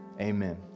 Amen